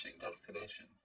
destination